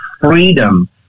freedom